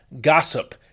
gossip